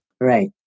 Right